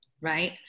right